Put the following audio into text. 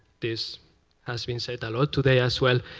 this has been said a lot today, as well.